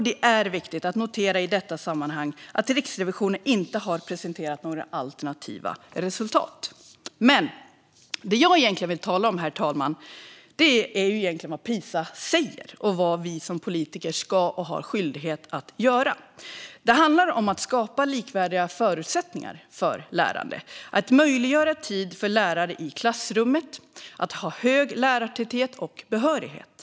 Det är viktigt att notera i detta sammanhang att Riksrevisionen inte har presenterat några alternativa resultat. Men det jag egentligen vill tala om, herr talman, är vad Pisa egentligen säger och vad vi som politiker ska och har skyldighet att göra. Det handlar om att skapa likvärdiga förutsättningar för lärande, att möjliggöra tid för lärare i klassrummet och att ha hög lärartäthet och behörighet.